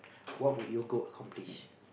what would you go accomplish